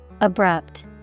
Abrupt